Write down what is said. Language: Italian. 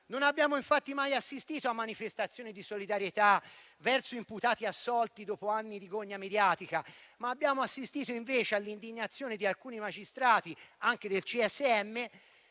Non abbiamo infatti mai assistito a manifestazioni di solidarietà verso imputati assolti dopo anni di gogna mediatica; abbiamo assistito invece all'indignazione di alcuni magistrati, anche del CSM,